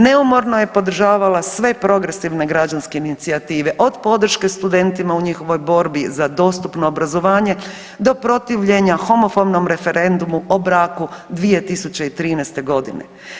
Neumorno je podržavala sve progresivne građanske inicijative od podrške studentima u njihovoj borbi za dostupno obrazovanje do protivljenja homofomnom referendumu o braku 2013. godine.